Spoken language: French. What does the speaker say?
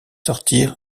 sortir